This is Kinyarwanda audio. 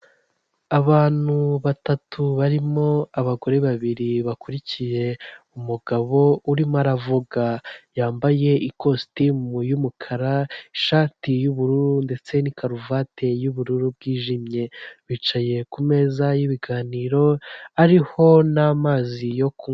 Abantu batatu barimo abagore babiri, bakurikiye umugabo urimo aravuga, yambaye ikositimu y'umukara ishati y'ubururu, ndetse' karuvati yu'bururu bwijimye, bicaye kumeza y'ibiganiro ariho n'amazi yo kunywa.